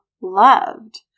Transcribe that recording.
loved